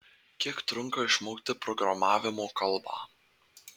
kiek trunka išmokti programavimo kalbą